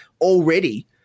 already